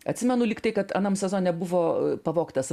atsimenu lygtai kad anam sezone buvo pavogtas